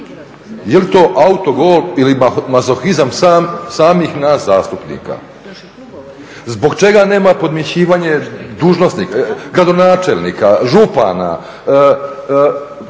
Je li to autogol ili mazohizam samih nas zastupnika? Zbog čega nema podmićivanje dužnosnika, gradonačelnika, župana,